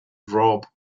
rob